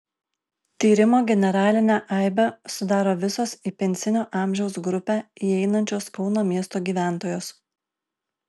tyrimo generalinę aibę sudaro visos į pensinio amžiaus grupę įeinančios kauno miesto gyventojos